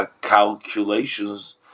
calculations